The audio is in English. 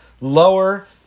lower